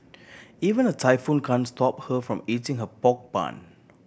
even a typhoon can stop her from eating her pork bun